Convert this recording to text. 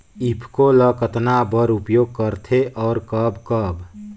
ईफको ल कतना बर उपयोग करथे और कब कब?